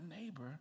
neighbor